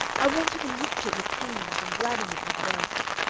i want to enrich it with hangings and gladden it with verses.